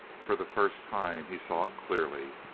for the first time he saw it clearly.